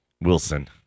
Wilson